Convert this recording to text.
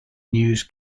news